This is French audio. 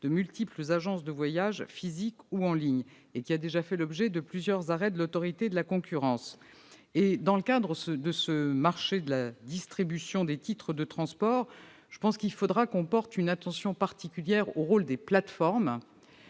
de multiples agences de voyage physiques ou en ligne, et qui a déjà fait l'objet de plusieurs arrêts de l'Autorité de la concurrence. Dans le cadre du marché de la distribution des titres de transport, il faudra porter une attention particulière au rôle des plateformes,